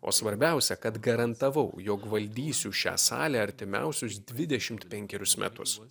o svarbiausia kad garantavau jog valdysiu šią salę artimiausius dvidešimt penkerius metus